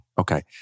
okay